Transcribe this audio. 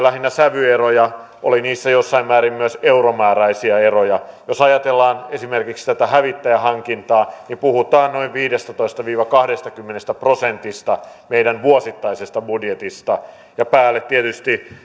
lähinnä sävyeroja oli niissä jossain määrin myös euromääräisiä eroja jos ajatellaan esimerkiksi tätä hävittäjähankintaa niin puhutaan noin viidestätoista viiva kahdestakymmenestä prosentista meidän vuosittaisesta budjetista ja päälle tietysti